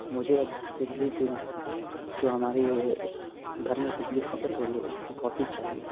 مجھے اب بجلی بل جو ہمارے گھر میں بجلی کھپت ہو رہی ہے اس کی کاپی چاہیے